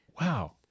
Wow